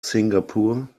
singapore